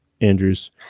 Andrew's